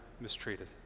mistreated